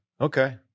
Okay